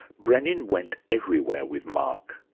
brenin went everywhere with mark.